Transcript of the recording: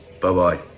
Bye-bye